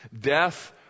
death